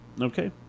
Okay